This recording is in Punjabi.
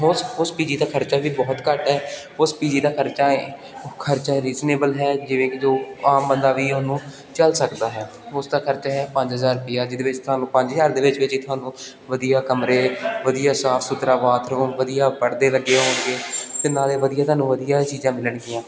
ਉਸ ਉਸ ਪੀ ਜੀ ਦਾ ਖਰਚਾ ਵੀ ਬਹੁਤ ਘੱਟ ਹੈ ਉਸ ਪੀ ਜੀ ਦਾ ਖਰਚਾ ਖਰਚਾ ਰੀਜਨੇਬਲ ਹੈ ਜਿਵੇਂ ਕਿ ਜੋ ਆਮ ਬੰਦਾ ਵੀ ਉਹਨੂੰ ਝੱਲ ਸਕਦਾ ਹੈ ਉਸ ਦਾ ਖਰਚਾ ਹੈ ਪੰਜ ਹਜ਼ਾਰ ਰੁਪਈਆ ਜਿਹਦੇ ਵਿੱਚ ਤੁਹਾਨੂੰ ਪੰਜ ਹਜ਼ਾਰ ਰੁਪਏ ਦੇ ਵਿੱਚ ਵਿੱਚ ਤੁਹਾਨੂੰ ਵਧੀਆ ਕਮਰੇ ਵਧੀਆ ਸਾਫ ਸੁਥਰਾ ਬਾਥਰੂਮ ਵਧੀਆ ਪਰਦੇ ਲੱਗੇ ਹੋਣਗੇ ਅਤੇ ਨਾਲੇ ਵਧੀਆ ਤੁਹਾਨੂੰ ਵਧੀਆ ਚੀਜ਼ਾਂ ਮਿਲਣਗੀਆਂ